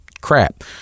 crap